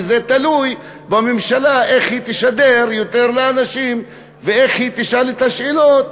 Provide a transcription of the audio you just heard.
וזה תלוי בממשלה איך היא תשדר לאנשים ואיך היא תשאל את השאלות.